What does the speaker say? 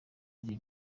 ari